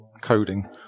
coding